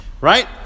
right